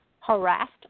harassed